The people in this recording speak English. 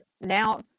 now